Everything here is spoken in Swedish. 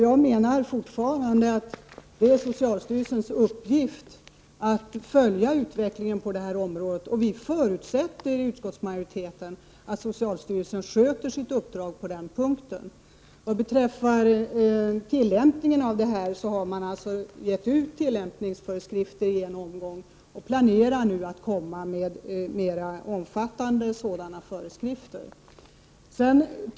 Jag menar fortfarande att det är socialstyrelsens uppgift att följa utvecklingen på detta område. Vi i utskottsmajoriteten förutsätter att socialstyrelsen sköter sitt uppdrag på den punkten. Beträffande tillämpningen har man alltså redan i en första omgång gett ut föreskrifter. Dessutom planerar man att komma med mera omfattande tillämpningsföreskrifter.